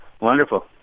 Wonderful